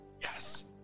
Yes